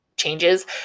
changes